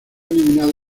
eliminado